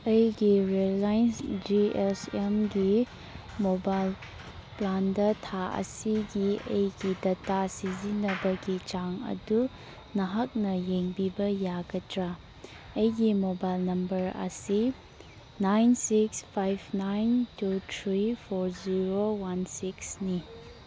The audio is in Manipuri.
ꯑꯩꯒꯤ ꯔꯤꯂꯥꯏꯟ ꯖꯤ ꯑꯦꯁ ꯑꯦꯝꯒꯤ ꯃꯣꯕꯥꯏꯜ ꯄ꯭ꯂꯥꯟꯗ ꯊꯥ ꯑꯁꯤꯒꯤ ꯑꯩꯒꯤ ꯗꯇꯥ ꯁꯤꯖꯤꯟꯅꯕꯒꯤ ꯆꯥꯡ ꯑꯗꯨ ꯅꯍꯥꯛꯅ ꯌꯦꯡꯕꯤꯕ ꯌꯥꯒꯗ꯭ꯔꯥ ꯑꯩꯒꯤ ꯃꯣꯕꯥꯏꯜ ꯅꯝꯕꯔ ꯑꯁꯤ nine six five nine two three four zero one ꯁꯤꯛꯁꯅꯤ